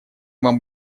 вам